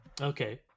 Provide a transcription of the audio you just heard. Okay